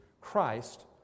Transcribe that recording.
Christ